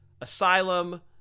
asylum